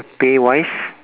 pay wise